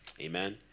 Amen